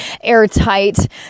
airtight